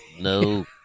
No